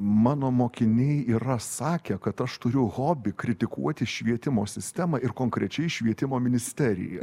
mano mokiniai yra sakę kad aš turiu hobį kritikuoti švietimo sistemą ir konkrečiai švietimo ministeriją